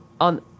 on